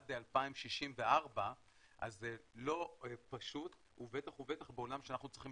עד 2064 אז זה לא פשוט ובטח ובטח בעולם שאנחנו צריכים